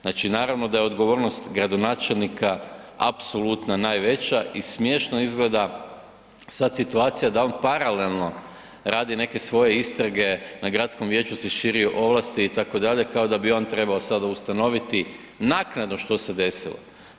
Znači naravno da je odgovornost gradonačelnika apsolutno najveća i smiješno izgleda sad situacija da on paralelno radi neke svoje istrage, na gradskom vijeću se širi ovlasti, itd., kao da bi on trebao sada ustanoviti naknadno što se desilo.